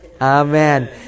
Amen